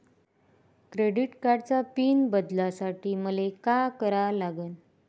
Credit कार्डाचा PIN बदलासाठी मले का करा लागन?